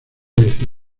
decir